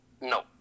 No